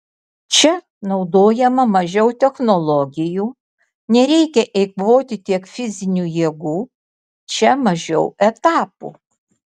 čia naudojama mažiau technologijų nereikia eikvoti tiek fizinių jėgų čia mažiau etapų